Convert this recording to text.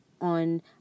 on